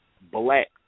black